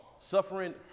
Suffering